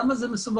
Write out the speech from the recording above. למה זה מסובך,